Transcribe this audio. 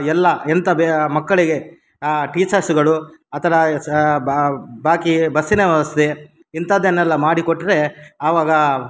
ಎಲ್ಲ ಎಂಥ ಬೇ ಮಕ್ಕಳಿಗೆ ಟೀಚರ್ಸ್ಗಳು ಆ ಥರ ಬಾಕಿ ಬಸ್ಸಿನ ವ್ಯವಸ್ಥೆ ಇಂಥದ್ದನ್ನೆಲ್ಲ ಮಾಡಿಕೊಟ್ಟರೆ ಆವಾಗ